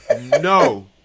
No